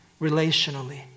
relationally